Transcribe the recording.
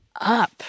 up